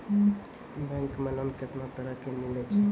Bank मे loan कैतना तरह के मिलै छै?